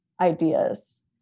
ideas